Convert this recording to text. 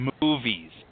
movies